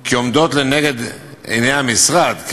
כי עומדות לנגד עיני המשרד,